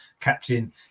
captain